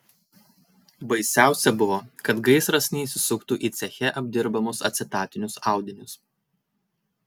baisiausia buvo kad gaisras neįsisuktų į ceche apdirbamus acetatinius audinius